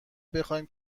بخواهیم